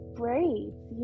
braids